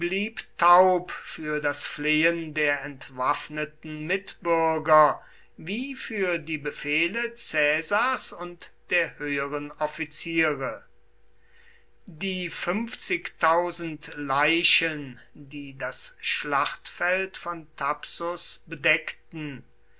taub für das flehen der entwaffneten mitbürger wie für die befehle caesars und der höheren offiziere die fünfzigtausend leichen die das schlachtfeld von thapsus bedeckten